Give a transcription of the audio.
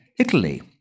Italy